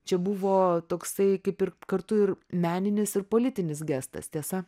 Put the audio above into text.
čia buvo toksai kaip ir kartu ir meninis ir politinis gestas tiesa